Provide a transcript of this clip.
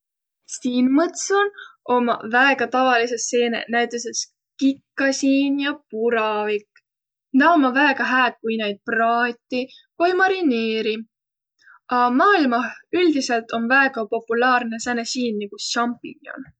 Siin mõtsan ommaq väega tavaliseq seeneq näütüses kikkasiin ja puravik. Na ommaq väega hääq, kui naid praatiq vai mariniiriq. A maailmah üldiselt om väega populaarnõ sääne siin niguq šampinjon.